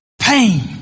pain